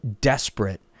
desperate